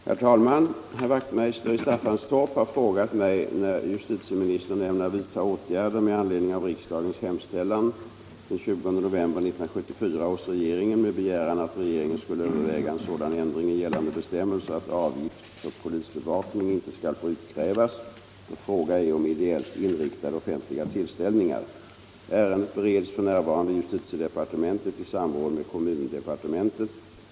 180, och anförde: Herr talman! Herr Wachtmeister i Staffanstorp har frågat mig när justitieministern ämnar vidta åtgärder med anledning av riksdagens hemställan den 20 november 1974 hos regeringen med begäran att regeringen skulle överväga en sådan ändring i gällande bestämmelser att avgift för polisbevakning inte skall få utkrävas då fråga är om ideellt inriktade offentliga tillställningar. 38 Ärendet bereds f. n. i justitiedepartementet i samråd med kommundepartementet.